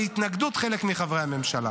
בהתנגדות חלק מחברי הממשלה.